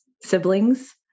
siblings